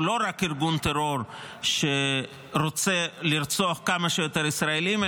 לא רק ארגון טרור שרוצה לרצוח כמה שיותר ישראלים,